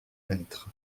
mètres